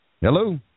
Hello